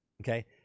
Okay